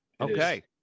Okay